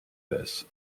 this